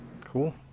Cool